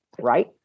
right